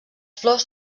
flors